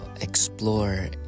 explore